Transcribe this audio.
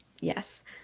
Yes